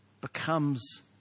becomes